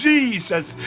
Jesus